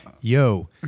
yo